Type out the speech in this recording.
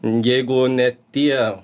jeigu ne tie